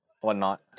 whatnot